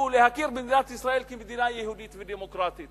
להכיר במדינת ישראל כמדינה יהודית ודמוקרטית